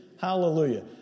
Hallelujah